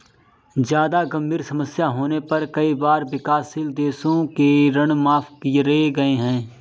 जादा गंभीर समस्या होने पर कई बार विकासशील देशों के ऋण माफ करे गए हैं